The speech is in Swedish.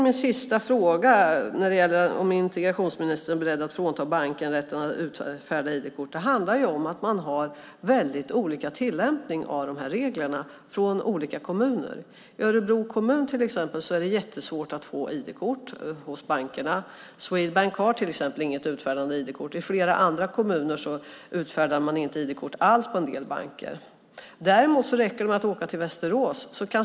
Min sista fråga, om integrationsministern är beredd att frånta banken rätten att utfärda ID-kort, handlar om att man har väldigt olika tillämpning av de här reglerna i olika kommuner. I Örebro kommun, till exempel, är det jättesvårt att få ID-kort hos bankerna. Swedbank utfärdar till exempel inte ID-kort. I flera andra kommuner utfärdar man inte ID-kort alls på en del banker. Däremot räcker det att åka till Västerås.